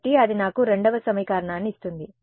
కాబట్టి అది నాకు రెండవ సమీకరణాన్ని ఇస్తుంది